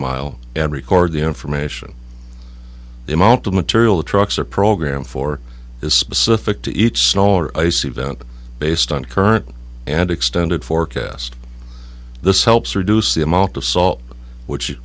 mile and record the information the amount of material the trucks are programmed for is specific to each smaller ice event based on current and extended forecast this helps reduce the amount of salt which